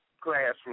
classroom